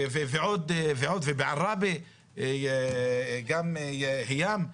ועוד ובעראבה גם היאם,